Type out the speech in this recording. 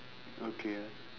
okay ah